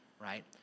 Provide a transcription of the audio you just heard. right